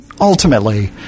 ultimately